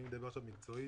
אני מדבר עכשיו מקצועית.